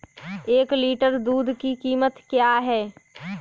एक लीटर दूध की कीमत क्या है?